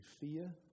fear